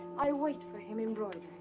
i wait for him embroidering.